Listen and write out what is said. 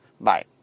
Bye